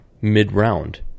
mid-round